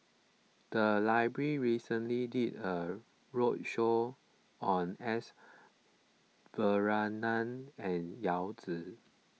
the library recently did a roadshow on S Varathan and Yao Zi